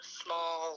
small